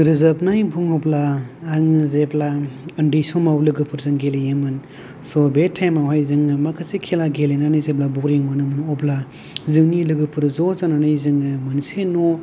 रोजाबनाय बुङोब्ला आङो जेब्ला उन्दै समाव लोगोफोरजों गेलेयोमोन स' बे टाइम आवहाय जोङो माखासे खेला गेलेनानै जेब्ला बरिं मोनोमोन अब्ला जोंनि लोगोफोर ज' जानानै जोङो मोनसे न'